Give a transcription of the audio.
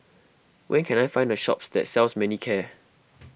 where can I find a shop that sells Manicare